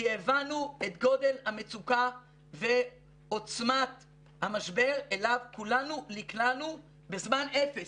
כי הבנו את גודל המצוקה ועוצמת המשבר אליו כולנו נקלענו בזמן אפס.